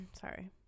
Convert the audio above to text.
sorry